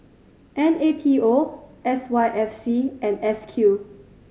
N A T O S Y F C and S Q